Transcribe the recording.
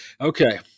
Okay